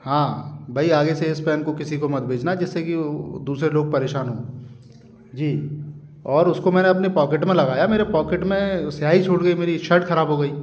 हाँ भाई आगे से इस पेन को किसी को मत बेचना जिससे कि वो दूसरे लोग परेशान हो जी और उसको मैंने अपने पॉकेट मे लगाया मेरे पॉकेट में स्याही छूट गई मेरी शर्ट ख़राब हो गई